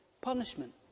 punishment